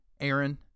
Aaron